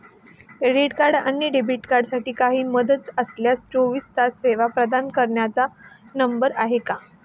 Credit आणि debit कार्डसाठी काही मदत लागल्यास चोवीस तास सेवा प्रदान करणारा नंबर आहे का?